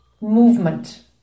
movement